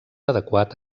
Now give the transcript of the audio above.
adequat